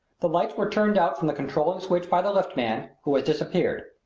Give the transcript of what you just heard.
the lights were turned out from the controlling switch by the lift man, who has disappeared.